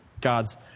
God's